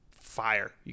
Fire